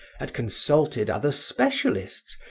had consulted other specialists,